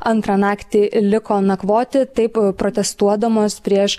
antrą naktį liko nakvoti taip protestuodamos prieš